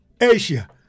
Asia